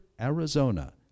Arizona